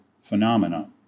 phenomena